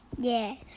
Yes